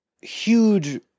huge